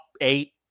eight